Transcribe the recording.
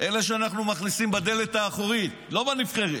אלה שאנחנו מכניסים בדלת האחורית, לא בנבחרת.